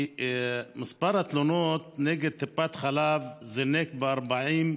מספר התלונות נגד טיפות החלב זינק ב-40%.